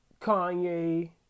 Kanye